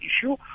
issue